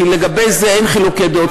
כי לגבי זה אין חילוקי דעות.